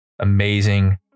amazing